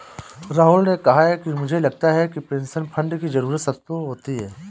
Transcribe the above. राहुल ने कहा कि मुझे लगता है कि पेंशन फण्ड की जरूरत सबको होती है